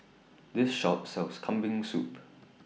This Shop sells Kambing Soup